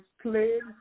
played